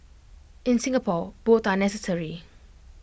in Singapore both are necessary